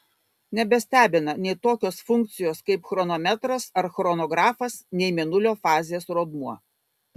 nebestebina nei tokios funkcijos kaip chronometras ar chronografas nei mėnulio fazės rodmuo